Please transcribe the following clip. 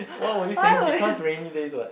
what were we saying because rainy days what